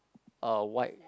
uh white